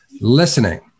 listening